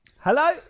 Hello